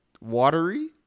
watery